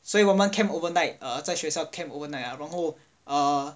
所以我们 camp overnight err 在学校 camp overnight ah 然后 err